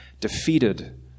defeated